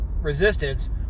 Resistance